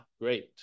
great